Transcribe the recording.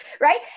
Right